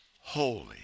Holy